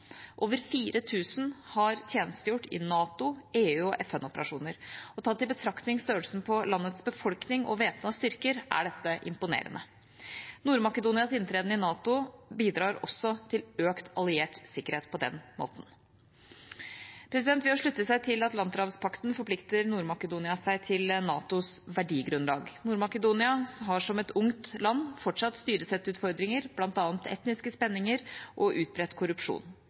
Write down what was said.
Over 4 000 har tjenestegjort i NATO-, EU- og FN-operasjoner. Tatt i betraktning størrelsen på landets befolkning og væpnede styrker er dette imponerende. Nord-Makedonias inntreden i NATO bidrar også til økt alliert sikkerhet på den måten. Ved å slutte seg til Atlanterhavspakten forplikter Nord-Makedonia seg til NATOs verdigrunnlag. Nord-Makedonia har som et ungt land fortsatt styresettutfordringer, bl.a. etniske spenninger og utbredt korrupsjon.